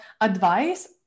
advice